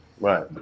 Right